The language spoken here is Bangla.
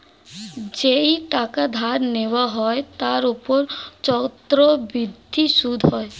যেই টাকা ধার নেওয়া হয় তার উপর চক্রবৃদ্ধি সুদ হয়